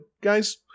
guys